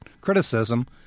criticism